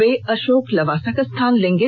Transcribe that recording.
वे अशाोक लवासा का स्थान लेंगे